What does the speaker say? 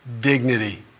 dignity